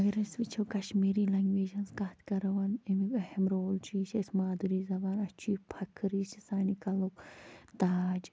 اگر أسۍ وچھو کشمیٖری لینگویجہِ ہنٛز کتھ کرون امیُک اہم رول چھُ یہِ چھِ اسہِ مادُری زبان اسہِ چھُ یہِ فخر یہِ چھُ سانہِ کلُک تاج